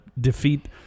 defeat